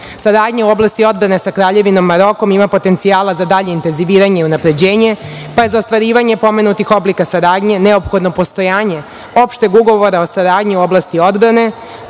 u oblasti odbrane sa Kraljevinom Marokom ima potencijala za dalji intenziviranje i unapređenje, pa je za ostvarivanje pomenutih oblika saradnje neophodno postojanje opšteg ugovora o saradnji u oblasti odbrane,